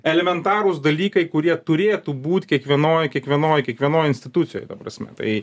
elementarūs dalykai kurie turėtų būt kiekvienoj kiekvienoj kiekvienoj institucijoj ta prasme tai